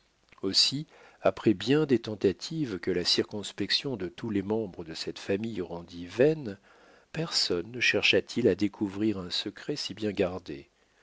aussi après bien des tentatives que la circonspection de tous les membres de cette famille rendit vaines personne ne chercha-t-il à découvrir un secret si bien gardé